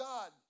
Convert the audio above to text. God